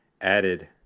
added